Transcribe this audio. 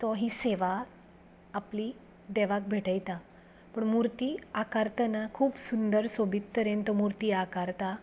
तो ही सेवा आपली देवाक भेटयता पूण मुर्ती आकारतना खूब सुंदर सोबीत तरेन तो मुर्ती आकारता